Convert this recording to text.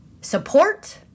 support